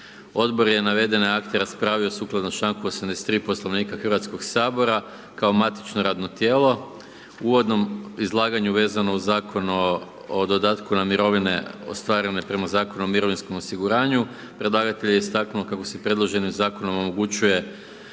Odbor je navedene akte raspravio sukladno članku 83., Poslovnika Hrvatskog sabora, kao matično radno tijelo. U uvodnom izlaganju vezano uz Zakon o dodatku na mirovine ostvarene prema Zakonu o mirovinskom osiguranju, predlagatelj je istaknuo kako se predložene Zakonom omogućuje